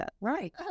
Right